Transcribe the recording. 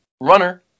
runner